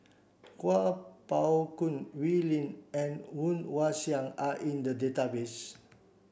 Kuo Pao Kun Wee Lin and Woon Wah Siang are in the database